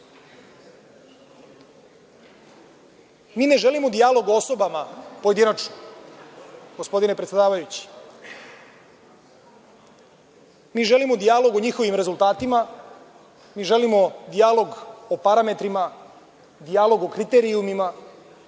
ne želimo dijalog o osobama pojedinačno, gospodine predsedavajući. Mi želimo dijalog o njihovim rezultatima, mi želimo dijalog o parametrima, dijalog o kriterijumima.